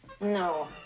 No